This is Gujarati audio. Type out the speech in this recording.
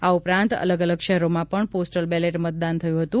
આ ઉપરાંત અલગ અલગ શહેરોમાં પણ પોસ્ટલ બેલેટ મતદાન થયું હતું